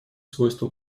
свойства